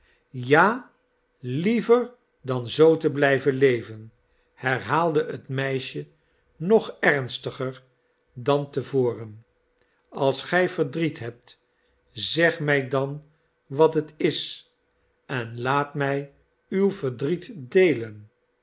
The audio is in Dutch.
ja liever dan zoo te blijven leven herhaalde het meisje nog ernstiger dan te voren als gij verdriet hebt zeg mij dan wat het is en laat mij uw verdriet